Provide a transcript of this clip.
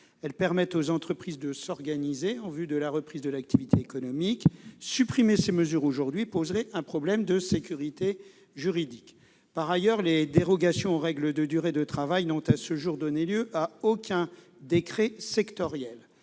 Elles permettent aux entreprises de s'organiser en vue de la reprise de l'activité économique. Supprimer ces mesures aujourd'hui poserait un problème de sécurité juridique. Par ailleurs, les dérogations aux règles de durée de travail n'ont à ce jour donné lieu à aucun décret sectoriel.